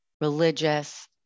religious